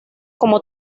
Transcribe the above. como